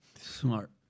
Smart